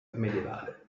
medievale